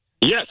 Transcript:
Yes